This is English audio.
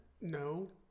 No